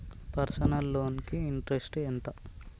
Personal loan కి interest ఎంత?